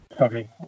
okay